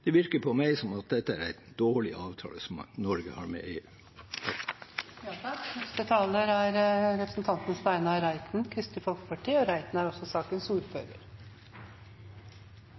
Det virker på meg som at dette er en dårlig avtale som Norge har med EU. Jeg vil bare knytte noen merknader til innlegget fra representanten Pollestad. Han sa at det er